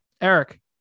Eric